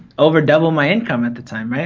over double my income at the time, right?